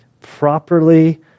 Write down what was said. properly